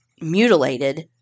mutilated